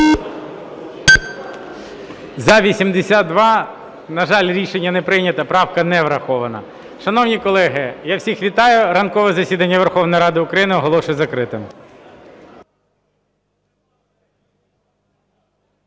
За-82 На жаль, рішення не прийнято. Правка не врахована. Шановні колеги, я всіх вітаю. Ранкове засідання Верховної Ради України оголошую закритим.